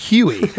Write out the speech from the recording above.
Huey